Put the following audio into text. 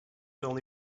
only